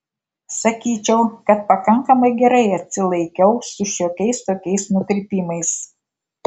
sakyčiau kad pakankamai gerai atsilaikiau su šiokiais tokiais nukrypimais